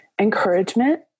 encouragement